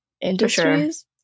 industries